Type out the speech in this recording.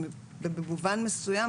במובן מסוים,